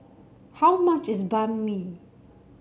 how much is Banh Mi